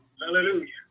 Hallelujah